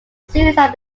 suicide